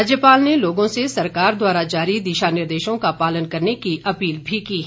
राज्यपाल ने लोगों से सरकार द्वारा जारी दिशा निर्देशों का पालन करने की अपील भी की है